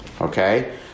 Okay